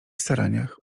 staraniach